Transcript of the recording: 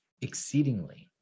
exceedingly